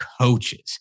coaches